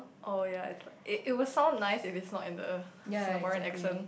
oh ya it's like it it would sound nice if it is not in the Singaporean accent